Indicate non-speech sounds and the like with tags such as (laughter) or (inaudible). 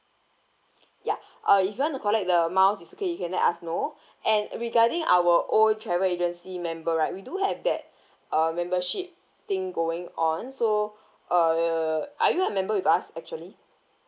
(breath) ya (breath) uh you want to collect the amount is okay you can let us know (breath) and regarding our old travel agency member right we do have that (breath) uh membership thing going on so (breath) uh are you a member with us actually